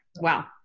Wow